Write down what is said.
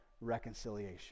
reconciliation